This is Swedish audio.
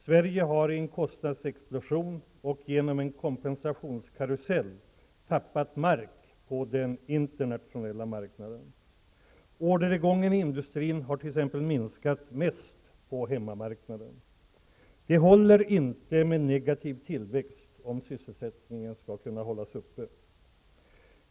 Sverige har i en kostnadsexplosion och genom en kompensationskarusell tappat mark på den internationella marknaden. Orderingången i industrin har t.ex. minskat mest på hemmamarknaden. Det håller inte med negativ tillväxt, om sysselsättningen skall kunna hållas uppe.